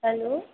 hello